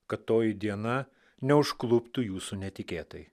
kad toji diena neužkluptų jūsų netikėtai